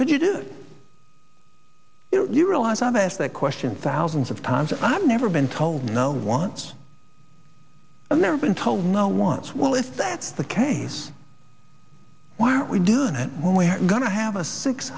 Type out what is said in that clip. could you do it you realize i've asked that question thousands of times i've never been told no once i've never been told not once well if that's the case why are we doing it when we are going to have a six